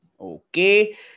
Okay